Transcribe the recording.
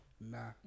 Nah